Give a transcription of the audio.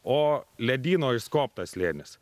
o ledyno išskobtas slėnis